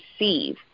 receive